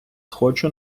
хочу